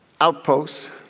outposts